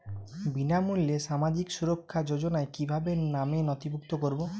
বিনামূল্যে সামাজিক সুরক্ষা যোজনায় কিভাবে নামে নথিভুক্ত করবো?